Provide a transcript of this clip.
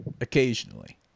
occasionally